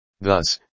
Thus